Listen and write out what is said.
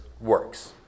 works